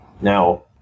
Now